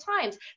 times